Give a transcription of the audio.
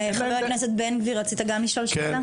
חבר הכנסת בן גביר, רצית גם לשאול שאלה?